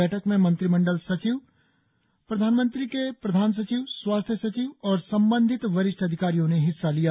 बैठक में मंत्रिमंडल सचिव प्रधानमंत्री के प्रधान सचिव स्वास्थ सचिव और संबंधित वरिष्ठ अधिकारियों ने हिस्सा लिया